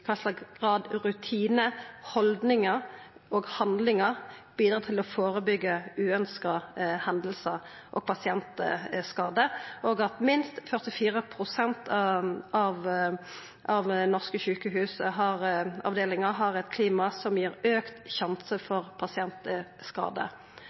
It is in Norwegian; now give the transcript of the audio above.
kva grad rutinar, haldningar og handlingar bidreg til å førebyggja uønskte hendingar og pasientskadar, og at minst 44 pst. av norske sjukehusavdelingar har eit klima som